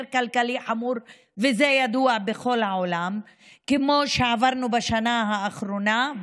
כלכלי חמור כמו זה שעברנו בשנה האחרונה,